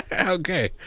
Okay